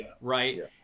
right